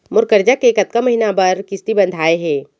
मोर करजा के कतका महीना बर किस्ती बंधाये हे?